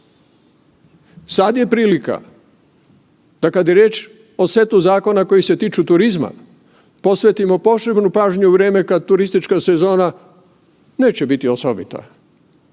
Sad je prilika da kada je riječ o setu zakona koji se tiču turizma, posvetimo posebnu pažnju u vrijeme kada turistička sezone neće biti osobita,